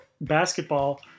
basketball